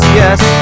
yes